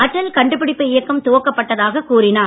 அடல் கண்டுபிடிப்பு இயக்கம் துவக்கப்பட்டதாக கூறினார்